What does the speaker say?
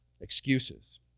excuses